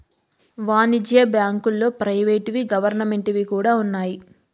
వాణిజ్య బ్యాంకుల్లో ప్రైవేట్ వి గవర్నమెంట్ వి కూడా ఉన్నాయి